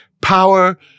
power